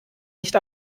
nicht